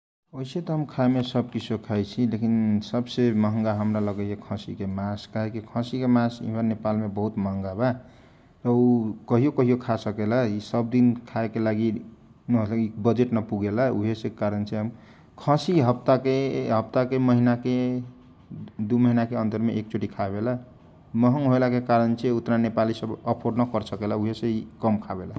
औसे त हम सब किसियो खाइसि लेकिन सबसे महङग हमरा लगैए खसीके मास काहेकि खसीके मास नेपाल बहुत महगा बा । उ कहियो कहियो खाँ सकेला, यि सब दिन खाएके लागि बजेट नपुगेला ओही कारण से खसी हप्तके, महीनाके, दु महिनाके अन्तर मे एक चोटी खावेला । महगा होलाके कारण से नेपाली सब अफोर्ड नकरसकेला उहेसे कम खावेला ।